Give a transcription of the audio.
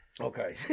Okay